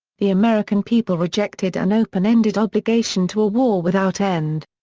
the american people rejected an open-ended obligation to a war without end.